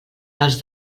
els